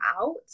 out